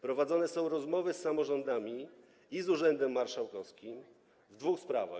Prowadzone są rozmowy z samorządami i z urzędem marszałkowskim o dwóch sprawach.